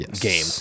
game